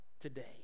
today